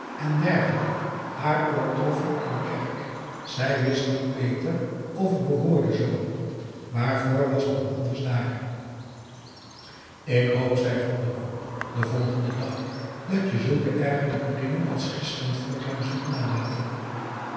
en dergelijken haar oor troffen in de kerk zij wist niet beter of t behoorde zoo waarvoor was men anders dààr ik hoop zei van den broek den volgenden dag dat je zulke ergerlijke dingen als gisteren voortaan zult nalaten